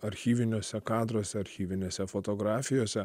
archyviniuose kadruose archyvinėse fotografijose